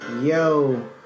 yo